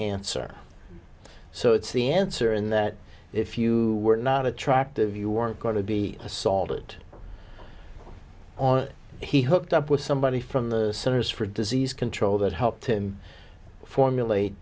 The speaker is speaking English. answer so it's the answer in that if you were not attractive you weren't going to be assaulted or he hooked up with somebody from the centers for disease control that helped him formulate